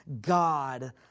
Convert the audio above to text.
God